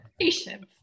Patience